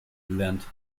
lernt